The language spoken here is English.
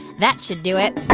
that should do it.